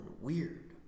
weird